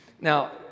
Now